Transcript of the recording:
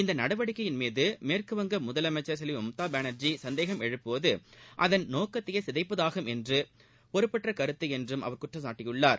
இந்த நடவடிக்கையின் மீது மேற்குவங்க முதலமைச்சர் செல்வி மம்தாபானா்ஜி சந்தேகம் எழுப்புவது அதன் நோக்கத்தையே சிதைப்பதாகும் என்றும் பொறுப்பற்ற கருத்து என்றும் அவர் குற்றம்சாட்டினார்